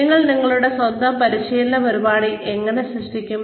നിങ്ങൾ നിങ്ങളുടെ സ്വന്തം പരിശീലന പരിപാടി എങ്ങനെ സൃഷ്ടിക്കും